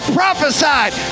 prophesied